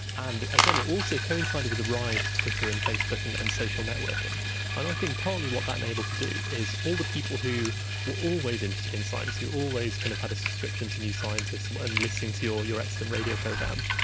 and again, it also coincided with the rise of twitter and facebook and and social networking, and i think partly what that enabled to do was all the people who were always interested in science, who always kind of had a subscription to new scientist and and listening to your your excellent radio program,